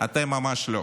אתם ממש לא.